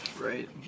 Right